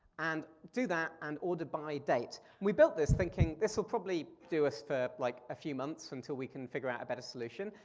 and do that and order by date. we built this thinking this will probably do us for like a few months until we can figure out a better solution.